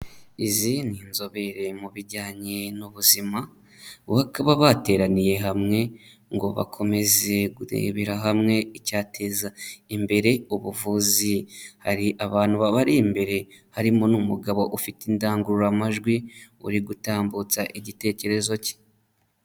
Izi ni inzobere mu bijyanye n'ubuzima, bakaba bateraniye hamwe ngo bakomeze kurebera hamwe icyateza imbere ubuvuzi, hari abantu babari imbere harimo n'umugabo ufite indangururamajwi, uri gutambutsa igitekerezo cye.